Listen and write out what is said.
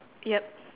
yup